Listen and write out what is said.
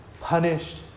punished